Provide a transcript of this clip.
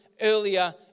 earlier